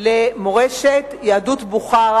למורשת יהדות בוכרה,